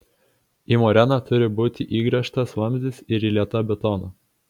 į moreną turi būti įgręžtas vamzdis ir įlieta betono